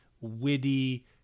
witty